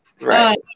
Right